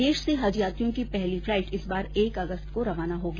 प्रदेश से हज यात्रियों की पहली फ्लाइट इस बार एक अगस्त को रवाना होगी